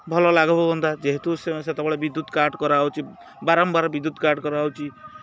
ଭଲ ଲାଘବ ହୁଅନ୍ତା ଯେହେତୁ ସେ ସେତେବେଳେ ବିଦ୍ୟୁତ୍ କାଟ୍ କରାହେଉଛି ବାରମ୍ବାର ବିଦ୍ୟୁତ୍ କାଟ୍ କରାହେଉଛି